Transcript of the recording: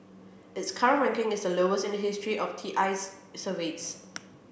its current ranking is the lowest in the history of T I's surveys